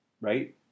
Right